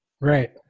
right